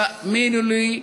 תאמינו לי,